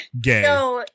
gay